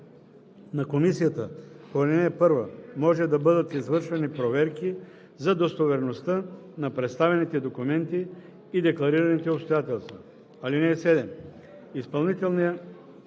на комисията по ал. 1 може да бъдат извършвани проверки за достоверността на представените документи и декларираните обстоятелства. (7) Изпълнителният